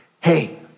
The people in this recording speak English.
Hey